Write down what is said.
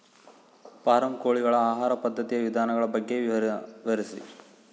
Form ಕೋಳಿಗಳ ಆಹಾರ ಪದ್ಧತಿಯ ವಿಧಾನಗಳ ಬಗ್ಗೆ ವಿವರಿಸಿ?